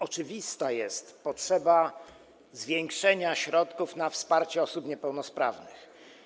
Oczywista jest potrzeba zwiększenia środków na wsparcie osób niepełnosprawnych.